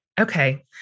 Okay